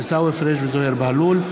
עיסאווי פריג' וזוהיר בהלול,